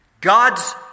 God's